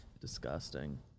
Disgusting